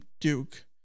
Duke